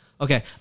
Okay